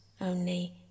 only